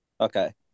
Okay